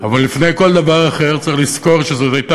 אבל לפני כל דבר אחר צריך לזכור שזאת הייתה